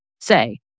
say